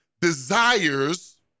desires